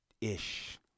ish